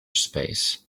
space